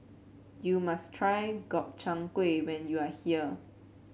you must try Gobchang Gui when you are here